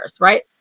right